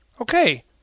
Okay